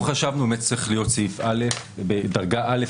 אנחנו חשבנו שזה צריך להיות --- בדרגה א',